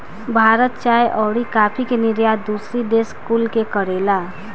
भारत चाय अउरी काफी के निर्यात दूसरी देश कुल के करेला